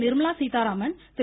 Nirmala Sitharaman Thiru